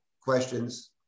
questions